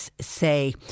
say